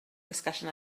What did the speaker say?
discussion